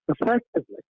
effectively